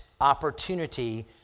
opportunity